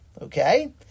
okay